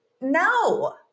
no